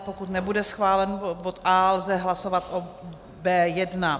Pokud nebude schválen bod A, lze hlasovat o B1.